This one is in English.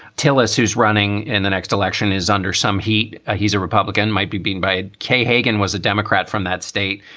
tell us who's running in the next election is under some heat. ah he's a republican. might be being by kay hagan, was a democrat from that state.